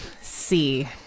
see